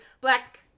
Black